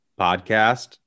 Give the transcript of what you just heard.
podcast